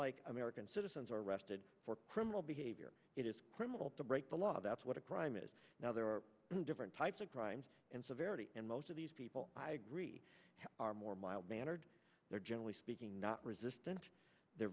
like american citizens are arrested for criminal behavior it is criminal to break the law that's what a crime is now there are different types of crimes and severity and most of these people i agree are more mild mannered they're generally speaking not resistant they're